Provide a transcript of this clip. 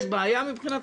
יש בעיה מבחינתך?